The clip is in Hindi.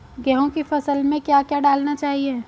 गेहूँ की फसल में क्या क्या डालना चाहिए?